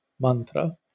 mantra